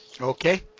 okay